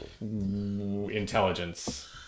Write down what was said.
intelligence